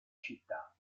città